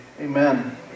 Amen